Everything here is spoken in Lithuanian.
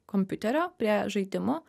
kompiuterio prie žaidimų